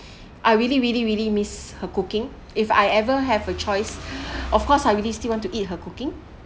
I really really really miss her cooking if I ever have a choice of course I really still want to eat her cooking yeah